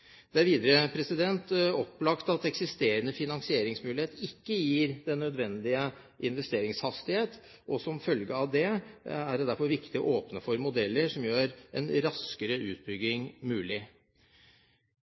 Det er videre opplagt at eksisterende finansieringsmuligheter ikke gir den nødvendige investeringshastighet. Som følge av det er det derfor viktig å åpne for modeller som gjør en raskere utbygging